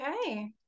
Okay